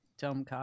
dumb